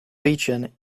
region